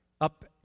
up